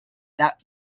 that